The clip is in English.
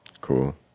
Cool